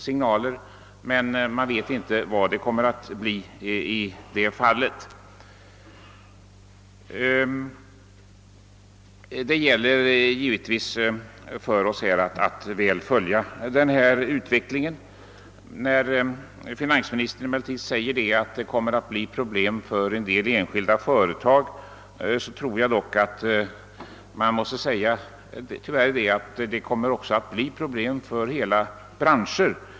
Vi vet emellertid inte hur det kommer att bli i det fallet, och det gäller för oss att noga följa utvecklingen. När finansministern säger att det kommer att bli problem för en del enskilda företag vill jag framhålla att det tyvärr också torde komma att bli problem för hela branscher.